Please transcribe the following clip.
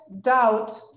doubt